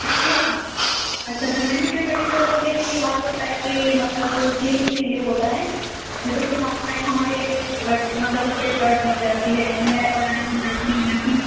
اچھا اچھا اچھا مینی کیئر پیڈی کیئر کا یہ ہے کہ ہاتھ اور پیر کے مطلب کلین کے لیے ہوتا ہے جیسےکہ ہاتھ میں ہمارے بلڈ مطلب اُس پہ ڈرٹ جم جاتی ہے یعنی میل وغیرہ جم جاتی ہے یا پھر